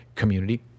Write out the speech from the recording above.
community